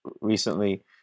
recently